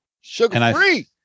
Sugar-free